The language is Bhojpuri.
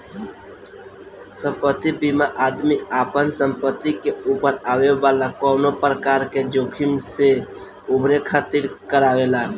संपत्ति बीमा आदमी आपना संपत्ति के ऊपर आवे वाला कवनो प्रकार के जोखिम से उभरे खातिर करावेला